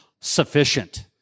sufficient